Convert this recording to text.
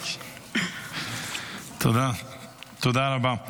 תודה רבה.